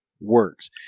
works